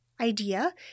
idea